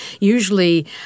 Usually